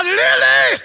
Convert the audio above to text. lily